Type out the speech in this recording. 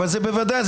בוודאי.